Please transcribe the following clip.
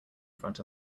front